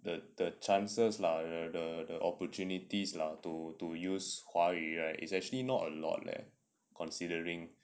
the the chances lah the the the opportunities lah to to use 华语 right is actually not a lot leh considering